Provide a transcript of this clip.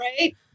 Right